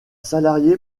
salarié